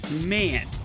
man